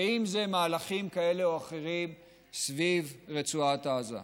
ואם אלה מהלכים כאלה או אחרים סביב רצועת עזה.